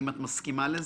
האם את מסכימה לזה?